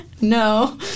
No